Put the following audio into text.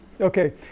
Okay